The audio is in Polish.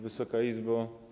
Wysoka Izbo!